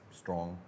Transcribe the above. strong